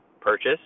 purchase